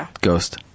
ghost